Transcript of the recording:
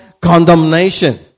condemnation